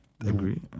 agree